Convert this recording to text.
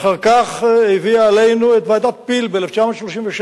אחר כך היא הביאה עלינו את ועדת-פיל ב-1937,